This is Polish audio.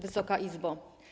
Wysoka Izbo!